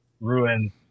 ruin